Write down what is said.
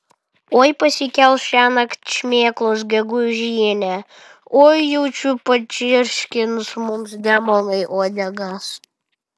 oi pasikels šiąnakt šmėklos gegužinę oi jaučiu pačirškins mums demonai uodegas